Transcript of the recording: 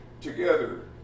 together